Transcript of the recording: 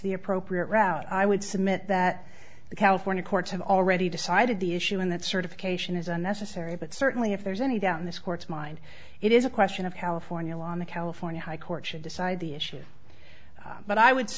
the appropriate route i would submit that the california courts have already decided the issue in that certification is unnecessary but certainly if there's any doubt in this court's mind it is a question of california law in the california high court should decide the issue but i w